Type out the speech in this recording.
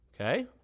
Okay